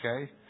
Okay